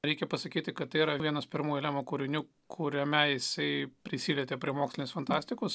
reikia pasakyti kad tai yra vienas pirmųjų lemo kūrinių kuriame jisai prisilietė prie mokslinės fantastikos